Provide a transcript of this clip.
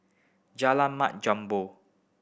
Jalan Mat Jambol